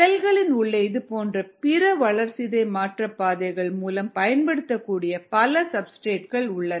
செல்களின் உள்ளே இதுபோன்ற பிற வளர்சிதை மாற்ற பாதைகள் மூலம் பயன்படுத்தக்கூடிய பல சப்ஸ்டிரேட்கள் உள்ளன